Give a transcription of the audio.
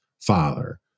father